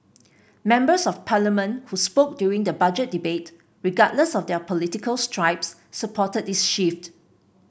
members of Parliament who spoke during the Budget Debate regardless of their political stripes supported this shift